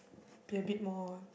be a bit more